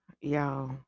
y'all